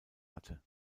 hatte